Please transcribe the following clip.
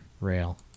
rail